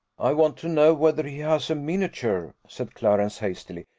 i want to know whether he has a miniature? said clarence, hastily.